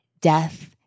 death